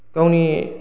गावनि